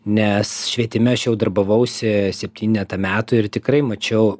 nes švietime aš jau darbavausi septynetą metų ir tikrai mačiau